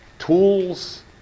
tools